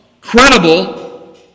credible